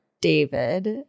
David